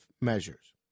measures